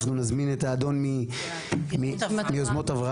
אנחנו נזמין את האדון מיוזמות אברהם.